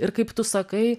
ir kaip tu sakai